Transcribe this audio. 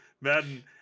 Madden